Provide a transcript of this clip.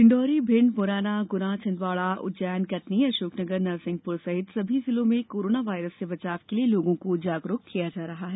डिण्डोरी भिंड मुरैना गुना छिन्दवाड़ा उज्जैन कटनी अशोकनगर नरसिंहपुर सहित सभी जिलों में कोरोना वायरस से बचाव के लिए लोगों को जागरूक किया जा रहा है